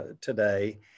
today